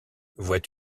vois